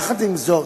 יחד עם זאת,